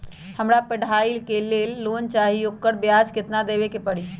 हमरा पढ़ाई के लेल लोन चाहि, ओकर ब्याज केतना दबे के परी?